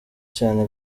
cyane